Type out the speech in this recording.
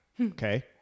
okay